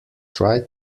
try